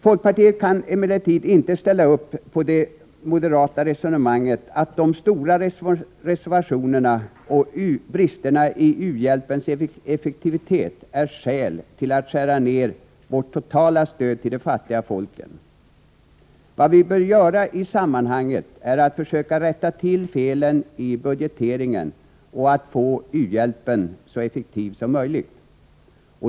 Folkpartiet kan emellertid inte ställa upp på det moderata resonemanget att de stora reservationerna och bristerna i u-hjälpens effektivitet är skäl till att skära ned vårt totala stöd till de fattiga folken. Vad vi bör göra i sammanhanget är att försöka rätta till felen i budgeteringen och att få u-hjälpen så effektiv som möjligt.